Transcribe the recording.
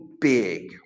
big